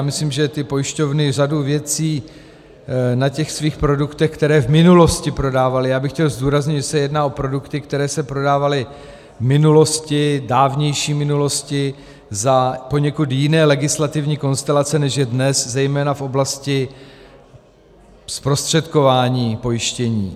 Myslím si, že pojišťovny řadu věcí na svých produktech, které v minulosti prodávaly já bych chtěl zdůraznit, že se jedná o produkty, které se prodávaly v minulosti, dávnější minulosti za poněkud jiné legislativní konstelace, než je dnes, zejména v oblasti zprostředkování pojištění.